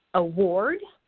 award.